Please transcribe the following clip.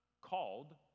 called